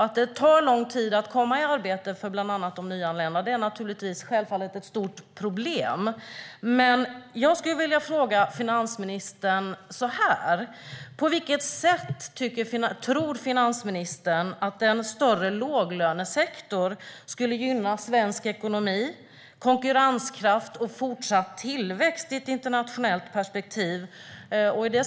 Att det tar lång tid att komma i arbete för bland andra de nyanlända är självfallet ett stort problem. Jag skulle vilja fråga finansministern så här: På vilket sätt tror finansministern att en större låglönesektor skulle gynna svensk ekonomi, konkurrenskraft och fortsatt tillväxt i ett internationellt perspektiv?